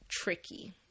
tricky